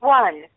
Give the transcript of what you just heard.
one